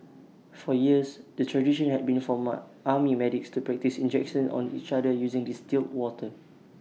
for years the tradition had been for what army medics to practise injections on each other using distilled water